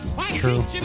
True